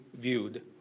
viewed